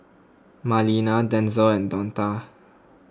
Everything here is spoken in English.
Marlena Denzel and Donta